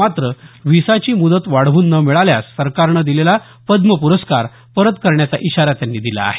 मात्र व्हिसाची मुदत वाढवून न मिळाल्यास सरकारने दिलेला पद्म प्रस्कार परत करण्याचा इशारा त्यांनी दिला आहे